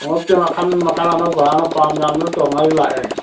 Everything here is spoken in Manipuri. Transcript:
ꯈꯣꯡꯎꯞꯇꯤ ꯃꯈꯜ ꯃꯈꯜ ꯑꯅꯧꯕ ꯂꯥꯛꯑꯦ